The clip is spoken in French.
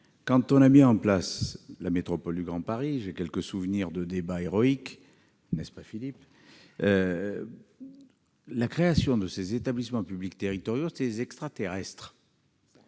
Quand on a mis en place la métropole du Grand Paris, j'ai quelques souvenirs de débats héroïques. N'est-ce pas, Philippe ? Ces établissements publics territoriaux étaient des extraterrestres.